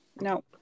No